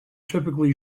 typically